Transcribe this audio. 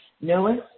Noah